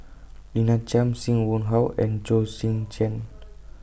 Lina Chiam SIM Wong Hoo and Chong Tze Chien